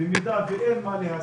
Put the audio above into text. במידה ואין מה להסתיר,